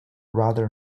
rather